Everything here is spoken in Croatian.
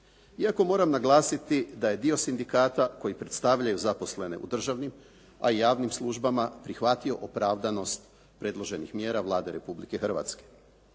Iako moram naglasiti da je dio sindikata koji predstavljaju zaposlene u državnim, a i javnim službama prihvatio opravdanost predloženih mjera Vlade Republike Hrvatske.